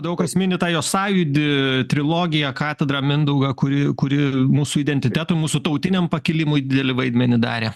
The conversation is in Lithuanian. daug kas mini tą jo sąjūdį trilogiją katedrą mindaugą kuri kuri mūsų identitetui mūsų tautiniam pakilimui didelį vaidmenį darė